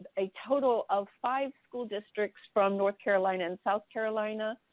a total of five school districts from north carolina and south carolina,